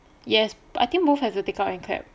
yes I think both have to take out and clap